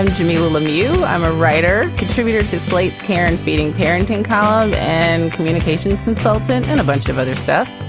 i'm jimmy lemieux. i'm a writer contributor to slate care and feeding parenting column and communications consultant and a bunch of other stuff.